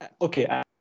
Okay